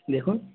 দেখুন